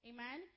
Amen